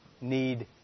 need